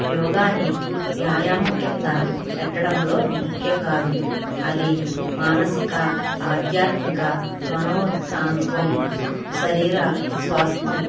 యోగాని వ్యాయామం కింద పెట్టడంలో ముఖ్యం కాదు అది మానసిక ఆధ్యాత్మిక మనోశాంత్వం శరీర స్వస్థం